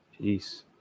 peace